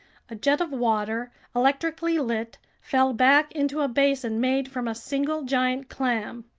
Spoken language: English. a jet of water, electrically lit, fell back into a basin made from a single giant clam.